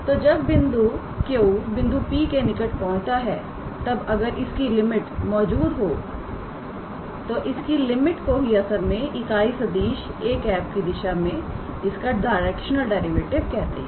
तो जब बिंदु Q बिंदु P के निकट पहुँचता है तब अगर इसकी लिमिट मौजूद हो तो इसकी लिमिट को ही असल में इकाई सदिश 𝑎̂ की दिशा में इसका डायरेक्शनल डेरिवेटिव कहते हैं